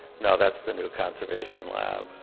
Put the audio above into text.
no, that's the new conservation lab.